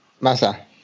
Masa